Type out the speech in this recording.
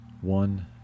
one